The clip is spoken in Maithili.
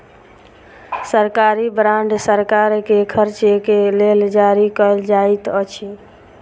सरकारी बांड सरकार के खर्च के लेल जारी कयल जाइत अछि